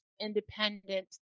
independent